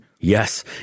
Yes